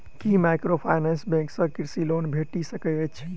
की microfinance bank सँ कृषि loan भेटि सकैत अछि?